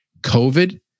COVID